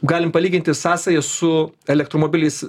galim palyginti sąsajas su elektromobiliais